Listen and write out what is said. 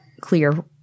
clear